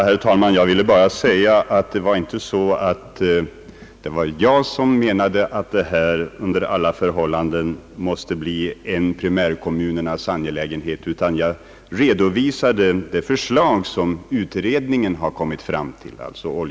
Herr talman! Jag vill bara påpeka att det inte var jag som menade att detta under alla förhållanden måste bli en primärkommunernas angelägenhet. Jag redovisade endast det förslag som oljeskadeutredningen kommit fram till.